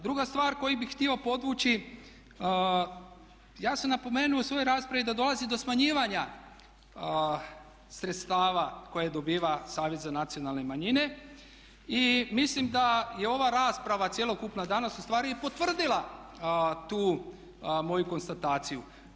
Druga stvar koju bih htio podvući, ja sam napomenuo u svojoj raspravi da dolazi do smanjivanja sredstava koje dobiva Savjet za nacionalne manjine i mislim da je ova rasprava cjelokupna danas u stvari i potvrdila tu moju konstataciju.